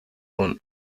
own